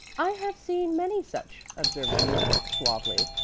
i have seen many such, observed the idiot, suavely.